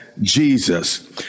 Jesus